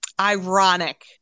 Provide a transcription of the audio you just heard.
ironic